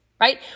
right